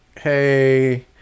hey